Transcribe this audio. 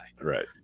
Right